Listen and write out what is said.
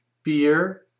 fear